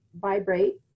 vibrate